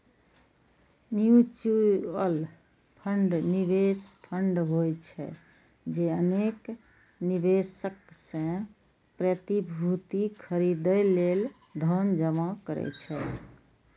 mutual fund निवेश fund होइ छै, जे अनेक निवेशक सं प्रतिभूति खरीदै लेल धन जमा करै छै